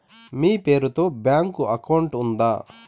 మీ పేరు తో bank account ఉందా?